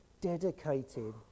dedicated